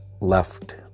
left